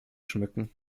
schmücken